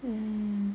mm